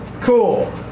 cool